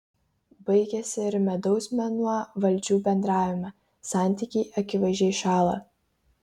baigiasi ir medaus mėnuo valdžių bendravime santykiai akivaizdžiai šąla